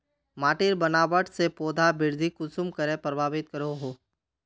माटिर बनावट से पौधा वृद्धि कुसम करे प्रभावित करो हो?